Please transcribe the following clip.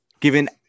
given